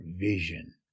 vision